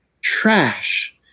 trash